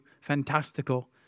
fantastical